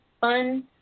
fun